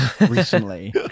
recently